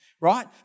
right